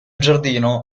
giardino